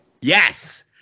Yes